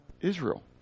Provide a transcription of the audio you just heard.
Israel